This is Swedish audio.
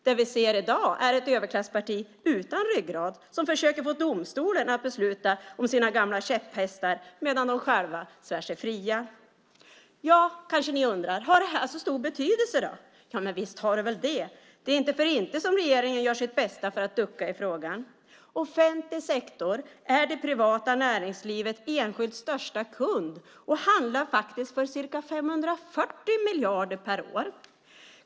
Det vi ser i dag är ett överklassparti utan ryggrad som försöker få domstolarna att besluta om sina gamla käpphästar medan de själva svär sig fria. Men, kanske ni undrar, har det här så stor betydelse då? Ja, men visst har det väl det! Det är inte för inte som regeringen gör sitt bästa för att ducka i frågan. Offentlig sektor är det privata näringslivets enskilt största kund och handlar faktiskt för ca 540 miljarder per år.